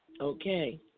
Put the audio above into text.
Okay